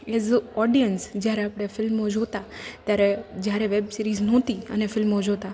as a audience જ્યારે આપણે ફિલ્મો જોતા ત્યારે જ્યારે વેબસીરિઝ નહોતી અને ફિલ્મો જોતા